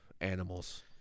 animals